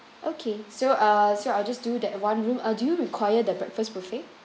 okay so uh so I'll just do that one room uh do you require the breakfast buffet